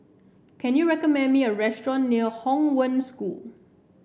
can you recommend me a restaurant near Hong Wen School